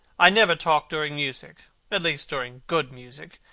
i never talk during music at least, during good music.